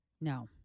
No